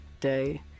day